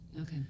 Okay